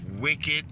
wicked